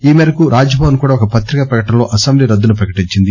ఈ మేరకు రాజ్ భవన్ కూడా ఒక పత్రికా ప్రకటనలో అసెంబ్లీ రద్దును ప్రకటించింది